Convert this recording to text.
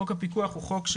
חוק הפיקוח הוא חוק,